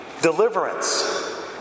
deliverance